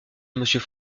monsieur